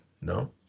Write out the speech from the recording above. No